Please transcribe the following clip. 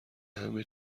همه